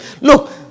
Look